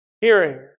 hearing